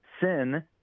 sin